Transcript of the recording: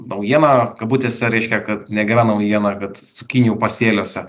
naujiena kabutėse reiškia kad negera naujiena kad cukinijų pasėliuose